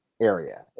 area